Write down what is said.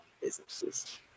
businesses